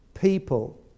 people